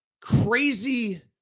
crazy